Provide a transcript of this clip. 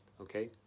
okay